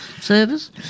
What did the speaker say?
service